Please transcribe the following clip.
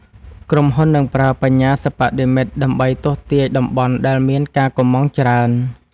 ក្រុមហ៊ុននឹងប្រើ បញ្ញាសិប្បនិម្មិត ដើម្បីទស្សន៍ទាយតំបន់ដែលមានការកុម្ម៉ង់ច្រើន។